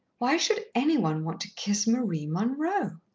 why should any one want to kiss marie munroe?